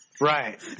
Right